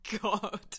god